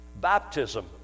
Baptism